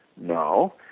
No